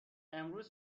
امروز